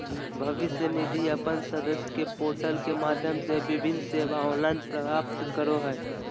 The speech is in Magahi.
भविष्य निधि अपन सदस्य के पोर्टल के माध्यम से विभिन्न सेवा ऑनलाइन प्रदान करो हइ